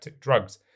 drugs